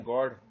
God